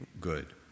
good